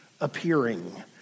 appearing